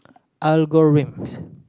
I'll go rims